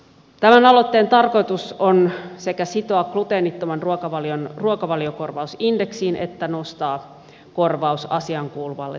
tämän aloitteen tarkoitus on sekä sitoa gluteenittoman ruokavalion ruokavaliokorvaus indeksiin että nostaa korvaus asiaan kuuluvalle tasolle